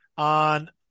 On